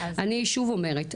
אני שוב אומרת,